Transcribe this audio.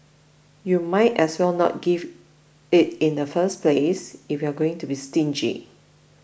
you might as well not give it in the first place if you're going to be stingy